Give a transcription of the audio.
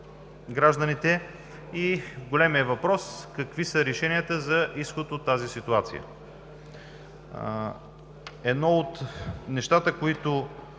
гражданите? Големият въпрос: какви са решенията за изход от тази ситуация? Едно от нещата, които